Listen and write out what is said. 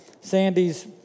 Sandy's